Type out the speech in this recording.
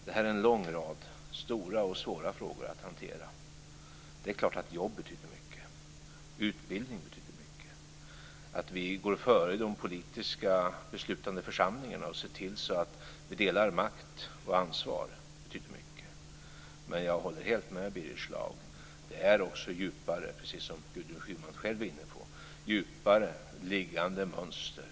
Det finns en lång rad stora och svåra frågor att hantera. Det är klart att jobb betyder mycket. Utbildning betyder mycket. Att vi går före i de politiska beslutande församlingarna och ser till att vi delar makt och ansvar betyder mycket. Men jag håller helt med Birger Schlaug - Gudrun Schyman var också inne på det - om att detta också är djupare liggande mönster.